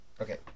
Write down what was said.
Okay